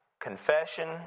confession